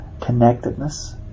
connectedness